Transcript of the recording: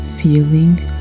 feeling